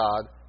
God